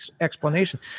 explanation